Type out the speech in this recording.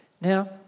Now